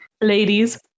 ladies